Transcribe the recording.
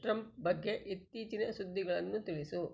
Trump ಬಗ್ಗೆ ಇತ್ತೀಚಿನ ಸುದ್ದಿಗಳನ್ನು ತಿಳಿಸು